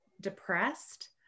depressed